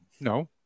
No